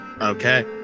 okay